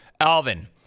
Alvin